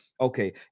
Okay